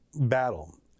battle